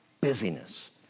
busyness